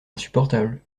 insupportable